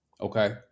Okay